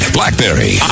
BlackBerry